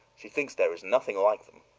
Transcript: she thinks there is nothing like them.